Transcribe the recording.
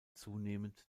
zunehmend